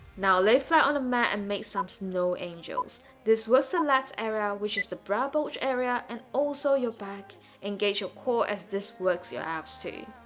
now lay flat on a mat and make some snow angels this was the last area which is the bra bulge area and also your back engage your core as this works your abs too